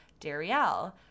Darielle